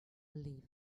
live